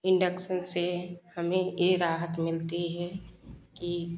induction से हमें यह राहत मिलती है कि